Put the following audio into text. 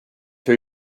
two